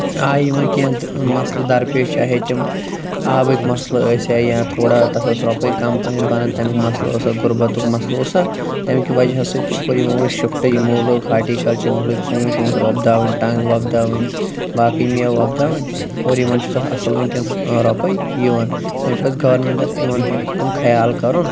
آیہِ یِمَن کیٚنٛہہ مسلہٕ دَرپیش چاہے تِم آبٕکۍ مَسلہٕ ٲسیا یا تھوڑا تَتھ ٲس رۄپٔے کَم پَہانۍ بَنَن تمیٛک مَسلہٕ اوسا غُربَتُک مَسلہٕ اوسا تَمہِ کہِ وجہ سۭتۍ کوٚر یِمو وۄنۍ شِفٹہٕ یِمو لوگ ہارٹیٖکَلچَر یِمو لٲگۍ ژوٗنٛٹھۍ ووٗنٛٹھۍ وۄبداوٕنۍ ٹَنٛگ وۄبداوٕنۍ باقٕے میوٕ وۄبداوٕنۍ اور یِمَن چھُ تَتھ اصٕل وُنٛکیٚن ٲں رۄپَے یِوان وۄنۍ پَزِ گورمِنٹَس یِمَن ہُنٛد کُن خیال کَرُن